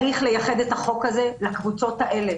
צריך לייחד את החוק הזה לקבוצות האלה,